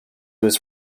his